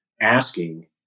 asking